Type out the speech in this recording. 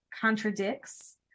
contradicts